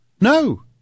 No